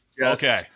Okay